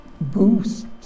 boost